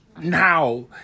Now